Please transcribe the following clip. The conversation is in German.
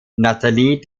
natalie